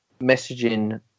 messaging